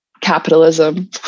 capitalism